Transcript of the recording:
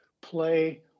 play